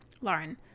Lauren